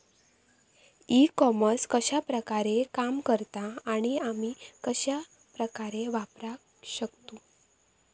E commerce कश्या प्रकारे काम करता आणि आमी कश्या प्रकारे वापराक शकतू?